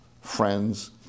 friends